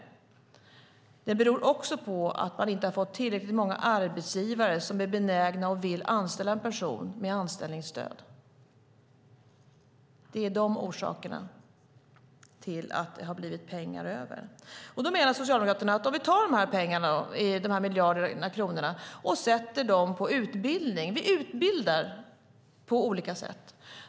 Det beror också på att man inte fått tillräckligt många arbetsgivare som är benägna att anställa en person med anställningsstöd. Det är orsaken till att det blivit pengar över. Då menar Socialdemokraterna att vi ska ta dessa pengar och lägga dem på utbildning. Vi ska utbilda på olika sätt.